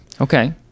okay